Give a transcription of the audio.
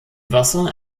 wasser